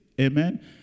Amen